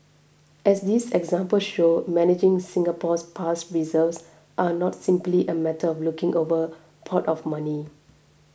as these examples show managing Singapore's past reserves are not simply a matter of looking over pot of money